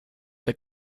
they